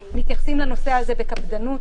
אנחנו מתייחסים לנושא הזה בקפדנות.